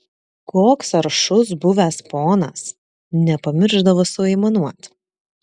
koks aršus buvęs ponas nepamiršdavo suaimanuot